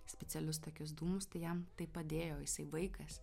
specialius tokius dūmus tai jam tai padėjo jisai vaikas